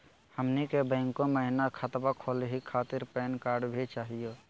हमनी के बैंको महिना खतवा खोलही खातीर पैन कार्ड भी चाहियो?